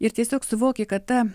ir tiesiog suvoki kad ta